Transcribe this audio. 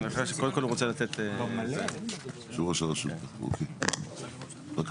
אני קודם כל שוב מתנצל בפניך ובפני אחרים,